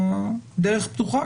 הדרך פתוחה,